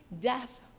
death